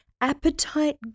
appetite